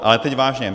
Ale teď vážně.